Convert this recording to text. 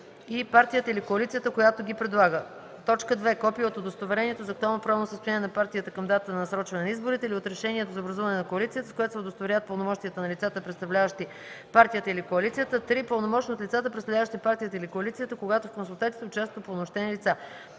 и партията или коалицията, която ги предлага; 2. копие от удостоверението за актуално правно състояние на партията към датата на насрочване на изборите или от решението за образуване на коалицията, с което се удостоверяват пълномощията на лицата, представляващи партията или коалицията; 3. пълномощно от лицата, представляващи партията или коалицията, когато в консултациите участват упълномощени лица.